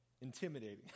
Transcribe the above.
Intimidating